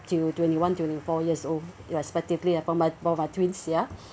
to twenty one twenty four years old respectively ah for my for my twins ya